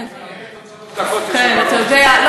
עוד שלוש דקות, היושב-ראש.